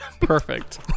Perfect